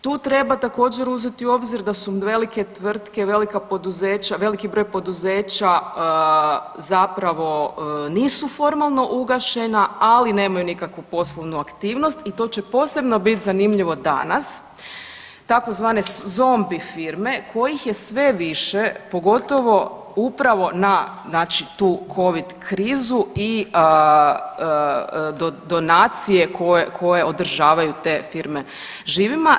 Tu treba također uzeti u obzir da su velike tvrtke, veliki broj poduzeća zapravo nisu formalno ugašena, ali nemaju nikakvu poslovnu aktivnost i to će posebno bit zanimljivo danas tzv. zombi firme kojih je sve više pogotovo upravo na, znači tu covid krizu i donacije koje održavaju te firme živima.